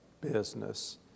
business